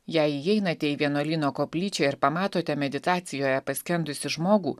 jei įeinate į vienuolyno koplyčią ir pamatote meditacijoje paskendusį žmogų